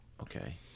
Okay